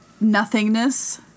nothingness